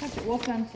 Der er